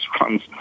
runs